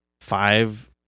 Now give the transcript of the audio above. five